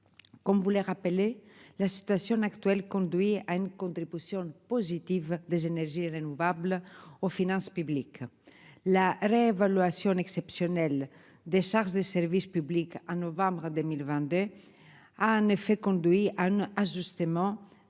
Comme voulait rappeler la situation actuelle conduit à une. Contribution de positive des énergies renouvelables aux finances publiques. La réévaluation exceptionnelle des charges de service public en novembre 2022 a en effet conduit à un ajustement